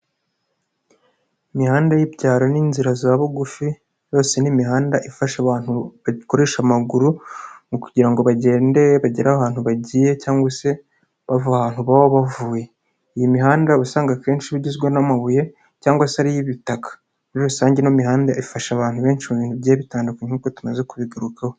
Imihanda y'ibyaro n'inzira za bugufi yose n'imihanda ifasha abantu bagikoresha amaguru mu kugira ngo bagende bagere ahantu bagiye cyangwa se bava ahantu baba bavuye. Iyi mihanda usanga akenshi iba igizwe n'amabuye cyangwa se ari iy'ibitaka. Muri rusange ino mihanda ifasha abantu benshi mu bintu bigiye bitandukanye nk'uko tumaze kubigarukaho.